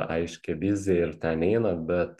aiškią viziją ir ten einat bet